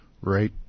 right